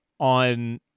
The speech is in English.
on